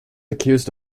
accused